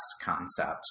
concept